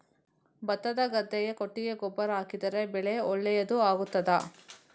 ಭತ್ತದ ಗದ್ದೆಗೆ ಕೊಟ್ಟಿಗೆ ಗೊಬ್ಬರ ಹಾಕಿದರೆ ಬೆಳೆ ಒಳ್ಳೆಯದು ಆಗುತ್ತದಾ?